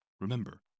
Remember